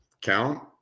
count